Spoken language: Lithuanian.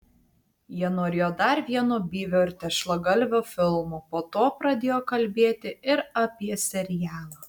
jie norėjo dar vieno byvio ir tešlagalvio filmo po to pradėjo kalbėti ir apie serialą